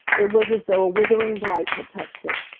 it was as though a withering blight had touched it.